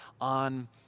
on